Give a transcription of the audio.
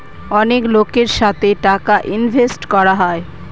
অনেক লোকের সাথে টাকা ইনভেস্ট করা হয়